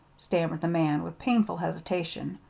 stammered the man, with painful hesitation,